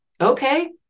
okay